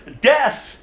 death